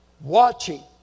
watching